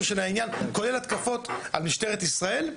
של העניין כולל התקפות על משטרת ישראל,